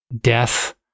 death